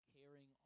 caring